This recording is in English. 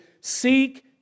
seek